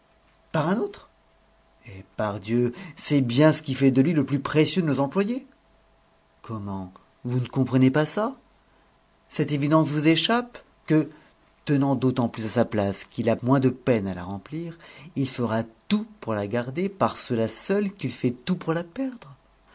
par un autre et pardieu c'est bien ce qui fait de lui le plus précieux de nos employés comment vous ne comprenez pas ça cette évidence vous échappe que tenant d'autant plus à sa place qu'il a moins de peine à la remplir il fera tout pour la garder par cela seul qu'il fait tout pour la perdre